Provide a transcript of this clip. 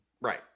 Right